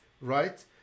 right